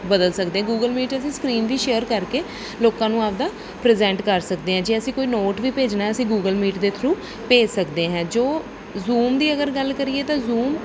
ਬਦਲ ਸਕਦੇ Google Meet ਅਸੀਂ ਸਕਰੀਨ ਵੀ ਸ਼ੇਅਰ ਕਰ ਕੇ ਲੋਕਾਂ ਨੂੰ ਆਪਣਾ ਪ੍ਰਜੈਂਟ ਕਰ ਸਕਦੇ ਹਾਂ ਜੇ ਅਸੀਂ ਕੋਈ ਨੋਟ ਵੀ ਭੇਜਣਾ ਹੈ ਅਸੀਂ ਗੂਗਲ ਮੀਟ ਦੇ ਥਰੂ ਭੇਜ ਸਕਦੇ ਹੈਂ ਜੋ ਜ਼ੂਮ ਦੀ ਅਗਰ ਗੱਲ ਕਰੀਏ ਤਾਂ ਜ਼ੂਮ